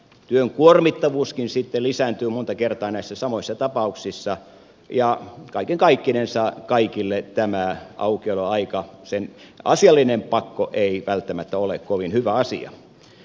työn kuormittavuuskin sitten lisääntyy monta kertaa näissä samoissa tapauksissa ja kaiken kaikkinensa kaikille tämä aukioloaika sen asiallinen pakko ei välttämättä ole kovin hyvä asia